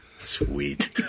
Sweet